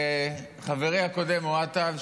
חברי הקודם אוהד טל,